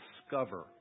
discover